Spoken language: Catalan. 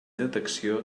detecció